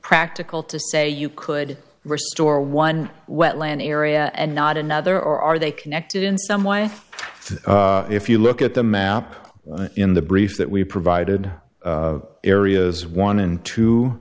practical to say you could restore one wetland area and not another or are they connected in some way if you look at the map in the brief that we provided areas one and two